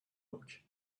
book